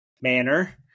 manner